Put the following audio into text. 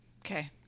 Okay